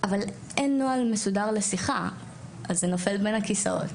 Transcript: אבל אין נוהל מסודר לשיחה אז זה נופל בין הכיסאות,